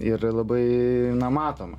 ir labai na matoma